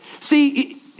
See